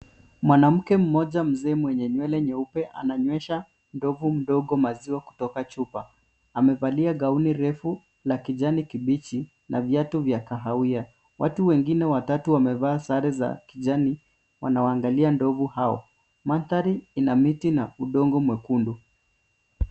Mwanamke mmoja mzee mwenye nywele nyeupe ananywesha ndovu mdogo maziwa kutoka chupa. Amevalia gauni refu la kijani kibichi na viatu vya kahawia. Watu wengine watatu wamevaa sare za kijani wanawaangalia ndovu hao. MAndhari ina miti na udongo mwekundu.